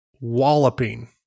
walloping